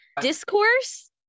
Discourse